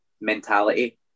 mentality